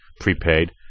prepaid